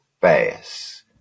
fast